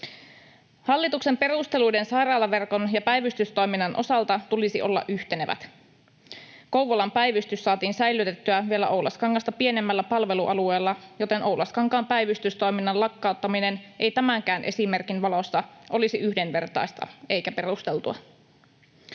Hallituksen perusteluiden sairaalaverkon ja päivystystoiminnan osalta tulisi olla yhtenevät. Kouvolan päivystys saatiin säilytettyä vielä Oulaskangasta pienemmällä palvelualueella, joten Oulaskankaan päivystystoiminnan lakkauttaminen ei tämänkään esimerkin valossa olisi yhdenvertaista eikä perusteltua.